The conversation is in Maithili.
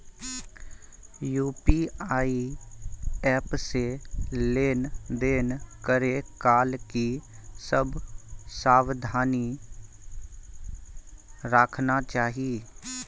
यु.पी.आई एप से लेन देन करै काल की सब सावधानी राखना चाही?